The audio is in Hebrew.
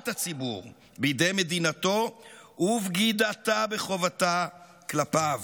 הציבור בידי מדינתו ובגידתה בחובתה כלפיו.